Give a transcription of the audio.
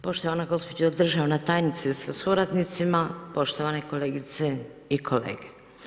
Poštovana gospođo državna tajnice sa suradnicima, poštovane kolegice i kolege.